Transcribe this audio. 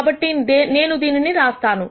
కాబట్టి నేను దీన్ని రాస్తాను